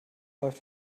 läuft